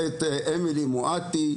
את אמילי מואטי,